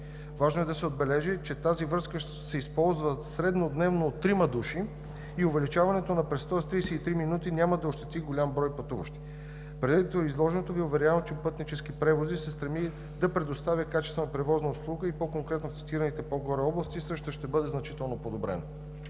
Важно е да се отбележи, че тази връзка ще се използва среднодневно от трима души и увеличаването на престоя с 33 минути няма да ощети голям брой пътуващи. Предвид изложеното Ви уверявам, че „Пътнически превози“ се стреми да предоставя качествена превозна услуга и по-конкретно в цитираните по-горе области същата ще бъде значително подобрена.